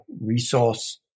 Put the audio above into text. resource